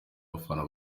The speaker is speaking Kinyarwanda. abafana